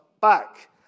back